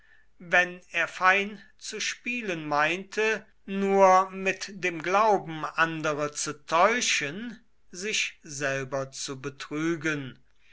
wenn er fein zu spielen meinte nur mit dem glauben andere zu täuschen sich selber zu betrügen